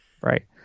Right